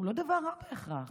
הוא לא דבר רע בהכרח.